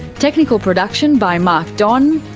technical production by mark don.